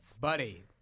Buddy